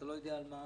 ואתה לא יודע על מה